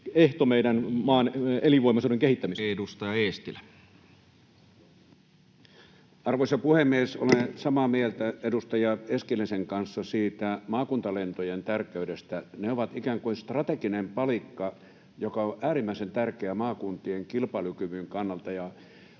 elinehto meidän maamme elinvoimaisuuden kehittämiseen. Edustaja Eestilä. !Arvoisa puhemies! Olen samaa mieltä edustaja Eskelisen kanssa maakuntalentojen tärkeydestä. Ne ovat ikään kuin strateginen palikka, joka on äärimmäisen tärkeä maakuntien kilpailukyvyn kannalta.